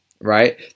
right